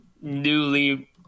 newly